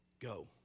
go